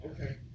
Okay